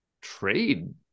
trade